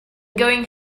going